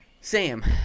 Sam